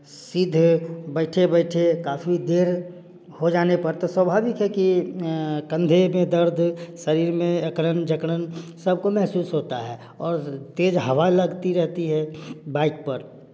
सीधे बैठे बैठे काफी देर हो जाने पर तो स्वाभाविक है कि कंधे में दर्द शरीर में अकड़न जकड़न सबको महसूस होता है और तेज हवा लगती रहती है बाइक पर